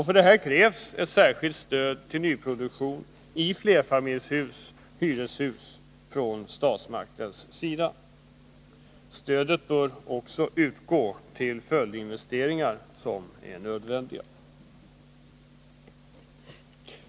För detta krävs ett särskilt stöd till nyproduktion i flerfamiljshyreshus från statsmakternas sida. Stödet bör också utgå till de följdinvesteringar som är nödvändiga.